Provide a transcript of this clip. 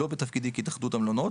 לא בתפקידי כהתאחדות המלונות,